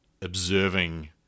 observing